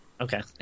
Okay